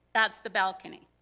that's the balcony,